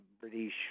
British